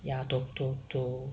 ya to to to